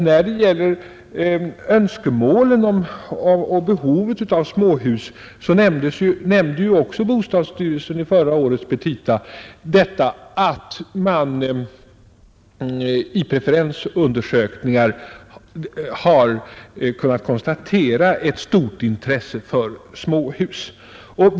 Vad beträffar önskemålen och behovet av småhus nämnde också bostadsstyrelsen i förra årets petita att man i preferensundersökningar har kunnat konstatera ett stort intresse för småhus.